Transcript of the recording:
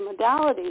modalities